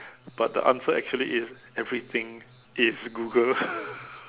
but the answer actually is everything is Google